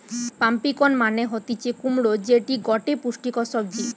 pumpkin মানে হতিছে কুমড়ো যেটি গটে পুষ্টিকর সবজি